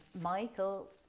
michael